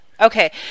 Okay